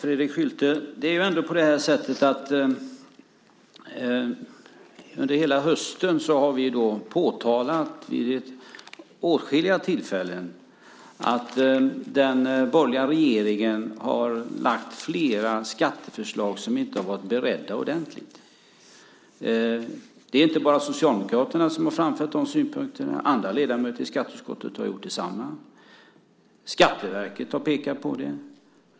Herr talman! Under hösten, Fredrik Schulte, har vi vid åtskilliga tillfällen påtalat att den borgerliga regeringen lagt fram flera skatteförslag som inte varit ordentligt beredda. Det är inte bara Socialdemokraterna som har framfört de synpunkterna. Andra ledamöter i skatteutskottet har gjort detsamma. Skatteverket har pekat på det.